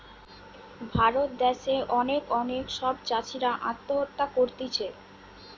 ভারত দ্যাশে অনেক অনেক সব চাষীরা আত্মহত্যা করতিছে